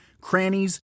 crannies